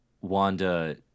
Wanda